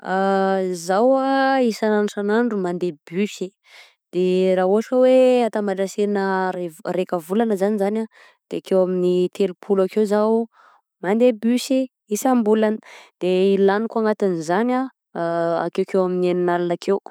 Zaho isanandro isanandro mande bus, de ra ohatra atambatra ansela raika volana zany, zany de akeo amin'ny telo polo akeo zaho mande bus isam-bolana, de i laniko anatin'izay akekeo amin'ny enina alina akeo.